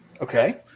Okay